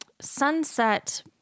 sunset